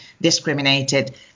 discriminated